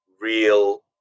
real